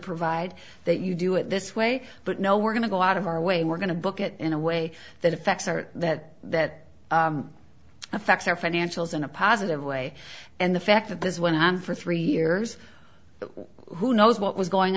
provide that you do it this way but no we're going to go out of our way we're going to look at in a way that effects are that that affects our financials in a positive way and the fact that this went on for three years who knows what was going